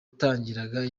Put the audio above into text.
batangiraga